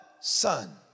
son